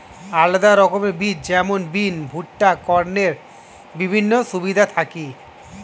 আলাদা রকমের বীজ যেমন বিন, ভুট্টা, কর্নের বিভিন্ন সুবিধা থাকি